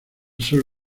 sur